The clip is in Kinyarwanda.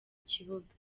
kibuga